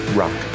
rock